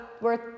worth